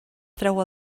treu